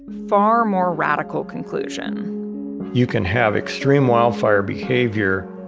far more radical conclusion you can have extreme wildfire behavior,